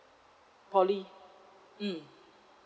poly mm